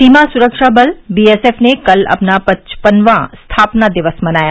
सीमा सुरक्षा बल बीएसएफ ने कल अपना पचपनवां स्थापना दिवस मनाया